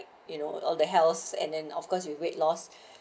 you know all the heals and then of course you weight loss